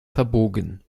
verbogen